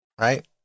Right